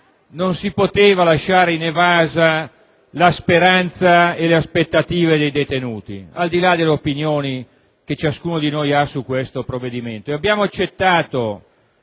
non si potevano lasciare inevase le speranze e le aspettative dei detenuti, al di là delle opinioni che ciascuno di noi ha sul provvedimento.